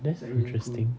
that's interesting